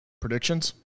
predictions